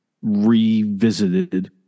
revisited